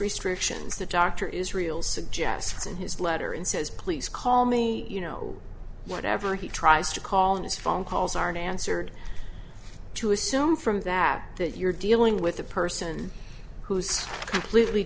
restrictions that dr israel suggests in his letter and says please call me you know whatever he tries to call in his phone calls aren't answered to assume from that that you're dealing with a person who's completely